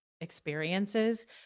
experiences